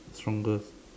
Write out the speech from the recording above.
strongest